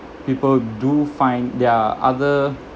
people do find there are other